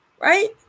Right